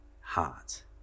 heart